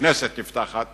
הכנסת נפתחת